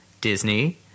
Disney